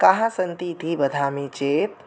काः सन्ति इति वदामि चेत्